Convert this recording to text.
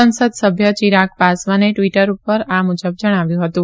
સંસદસભ્ય ચિરાગ પાસવાને ટવીટર પર આ મુજબ જણાવ્યું હતું